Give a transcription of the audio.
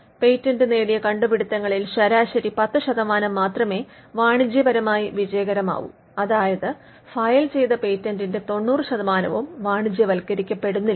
patent നേടിയ കണ്ടുപിടുത്തങ്ങളിൽ ശരാശരി 10 ശതമാനം മാത്രമേ വാണിജ്യപരമായി വിജയകരമാകൂ അതായത് ഫയൽ ചെയ്ത പേറ്റന്റിന്റെ 90 ശതമാനവും വാണിജ്യവത്കരിക്കപ്പെടുന്നില്ല